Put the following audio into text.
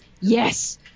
Yes